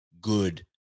good